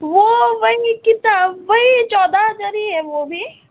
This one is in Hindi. वो वही कितना वही चौदह हजार ही है वो भी